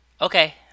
Okay